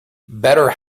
better